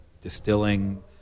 distilling